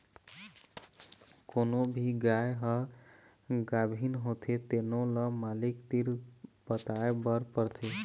कोनो भी गाय ह गाभिन होथे तेनो ल मालिक तीर बताए बर परथे